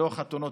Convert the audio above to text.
לא חתונות,